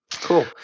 Cool